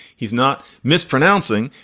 he's not mispronouncing.